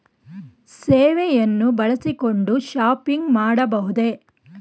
ಸೇವೆಯನ್ನು ಬಳಸಿಕೊಂಡು ಶಾಪಿಂಗ್ ಮಾಡಬಹುದೇ?